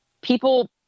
people